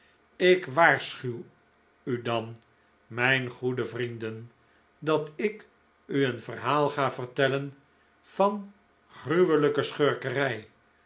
ik waarschuw u dan mijn goede vrienden dat ik u een verhaal ga vertellen van gruwelijke schurkerij